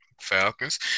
Falcons